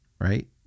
right